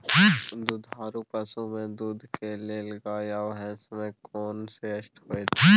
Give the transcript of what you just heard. दुधारू पसु में दूध के लेल गाय आ भैंस में कोन श्रेष्ठ होयत?